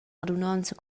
radunonza